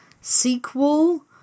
sequel